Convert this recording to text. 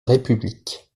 république